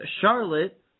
Charlotte